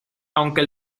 aunque